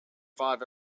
five